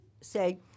say